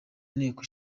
nteko